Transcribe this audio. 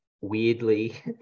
weirdly